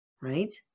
right